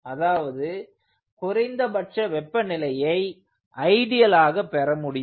அதாவது குறைந்தபட்ச வெப்பநிலையை ஐடியல் ஆக பெற முடியும்